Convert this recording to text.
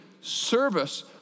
service